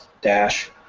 Dash